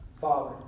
Father